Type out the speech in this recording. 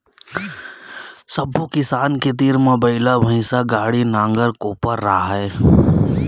सब्बो किसान के तीर म बइला, भइसा, गाड़ी, नांगर, कोपर राहय